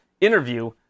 interview